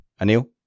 Anil